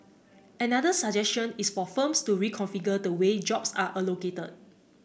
another suggestion is for firms to reconfigure the way jobs are allocated